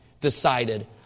decided